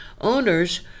owners